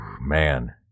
man